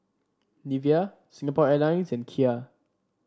Nivea Singapore Airlines and Kia